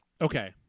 Okay